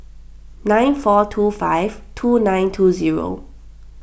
nine four two five two nine two zero